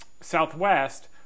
Southwest